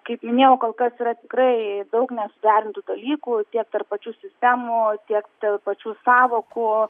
kaip minėjau kol kas yra tikrai daug nesuderintų dalykų tiek tarp pačių sistemų tiek dėl pačių sąvokų